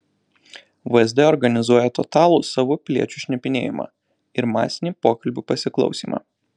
vsd organizuoja totalų savų piliečių šnipinėjimą ir masinį pokalbių pasiklausymą